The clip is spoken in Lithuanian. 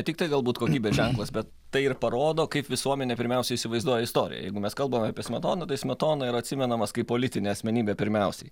tiktai galbūt kokybės ženklas bet tai ir parodo kaip visuomenė pirmiausia įsivaizduoja istoriją jeigu mes kalbame apie smetoną tai smetona yra atsimenamas kaip politinė asmenybė pirmiausiai